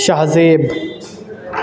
شاہ زیب